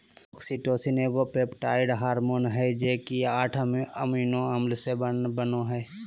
oxytocin एगो peptide hormone हइ जे कि आठ अमोनो अम्ल से बनो हइ